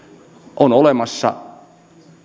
on olemassa